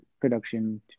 production